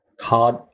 card